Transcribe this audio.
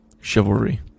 Chivalry